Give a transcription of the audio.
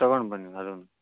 ತಗೊಂಡು ಬನ್ನಿ ಅದನ್ನು